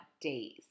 days